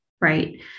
right